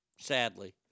Sadly